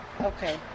Okay